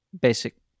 basic